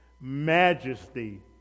majesty